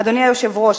אדוני היושב-ראש,